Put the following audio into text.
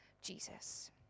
Jesus